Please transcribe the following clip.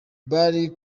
bari